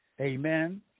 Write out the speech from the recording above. Amen